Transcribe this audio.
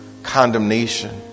condemnation